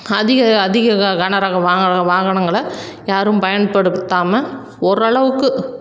அதிக அதிக க கனரக வாகன வாகனங்களை யாரும் பயன்படுத்தாமல் ஓரளவுக்கு